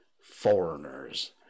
foreigners